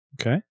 Okay